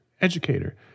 educator